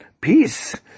peace